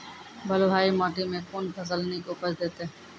बलूआही माटि मे कून फसल नीक उपज देतै?